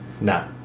No